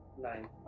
Nine